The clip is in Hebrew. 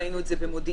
ראינו את זה במודיעין,